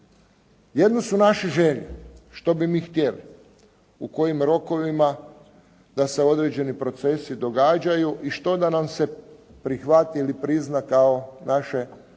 Jedno su naše želje, što bi mi htjeli, u kojim rokovima da se određeni procesi događaju i što da nam se prihvati ili prizna kao naše specifičnosti